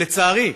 לצערי,